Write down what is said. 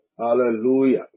Hallelujah